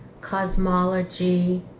cosmology